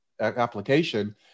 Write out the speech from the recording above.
application